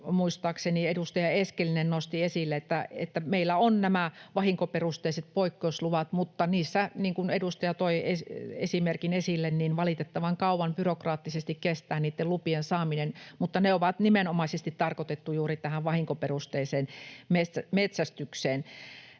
muistaakseni edustaja Eskelinen nosti esille, että meillä on nämä vahinkoperusteiset poikkeusluvat, mutta niissä, niin kuin edustaja toi esimerkin avulla esille, valitettavan kauan byrokraattisesti kestää niitten lupien saaminen, mutta ne on nimenomaisesti tarkoitettu juuri tähän vahinkoperusteiseen metsästykseen.